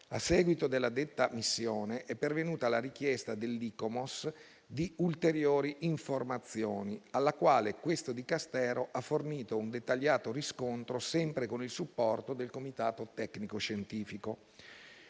A seguito di detta missione è pervenuta la richiesta dell'ICOMOS di ulteriori informazioni, alla quale questo Dicastero ha fornito un dettagliato riscontro, sempre con il supporto del Comitato tecnico-scientifico.